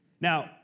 Now